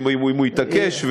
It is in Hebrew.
אם הוא יתעקש,